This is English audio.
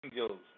angels